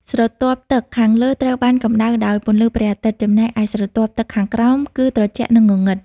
ស្រទាប់ទឹកខាងលើ ត្រូវបានកម្តៅដោយពន្លឺព្រះអាទិត្យ ចំណែកឯស្រទាប់ទឹកខាងក្រោម គឺត្រជាក់ និងងងឹត។